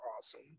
awesome